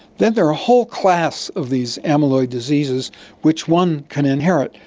then there are a whole class of these amyloid diseases which one can inherit.